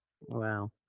Wow